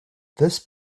this